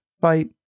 fight